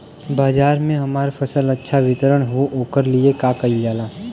बाजार में हमार फसल अच्छा वितरण हो ओकर लिए का कइलजाला?